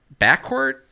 backcourt